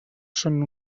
són